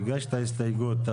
הגשת הסתייגות,